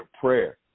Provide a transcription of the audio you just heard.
prayer